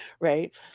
right